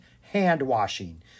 hand-washing